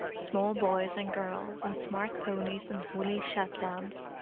small boys and girls, on smart ponies and woolly shetlands,